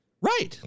Right